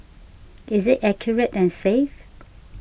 is it accurate and safe